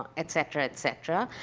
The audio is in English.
et cetera, et cetera.